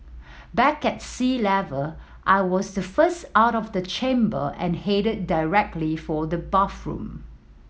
back at sea level I was the first out of the chamber and headed directly for the bathroom